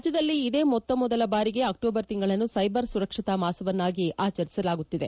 ರಾಜ್ಯದಲ್ಲಿ ಇದೇ ಮೊತ್ತಮೊದಲ ಬಾರಿಗೆ ಅಕ್ಟೋಬರ್ ತಿಂಗಳನ್ನು ಸೈಬರ್ ಸುರಕ್ಷತಾ ಮಾಸವನ್ನಾಗಿ ಆಚರಿಸಲಾಗುತ್ತಿದೆ